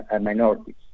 minorities